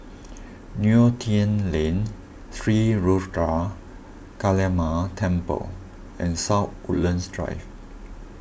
Neo Tiew Lane Sri Ruthra Kaliamman Temple and South Woodlands Drive